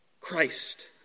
Christ